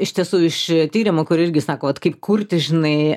iš tiesų iš tyrimų kur irgi sako vat kaip kurti žinai